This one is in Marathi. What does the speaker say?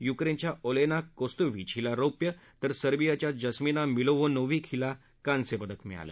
युक्रळीया ओलसी कोस्तविंच हिला रौप्य तर सर्वियाच्या जस्मीना मिलोव्होनोव्हिक हिला कांस्य पदक मिळालं